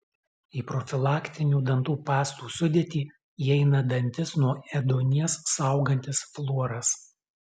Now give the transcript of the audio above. į profilaktinių dantų pastų sudėtį įeina dantis nuo ėduonies saugantis fluoras